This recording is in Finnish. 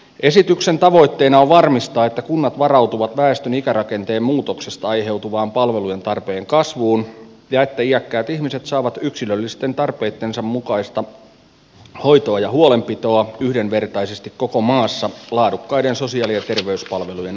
esityksen tavoitteena on varmistaa että kunnat varautuvat väestön ikärakenteen muutoksesta aiheutuvaan palvelujen tarpeen kasvuun ja että iäkkäät ihmiset saavat yksilöllisten tarpeittensa mukaista hoitoa ja huolenpitoa yhdenvertaisesti koko maassa laadukkaiden sosiaali ja terveyspalvelujen avulla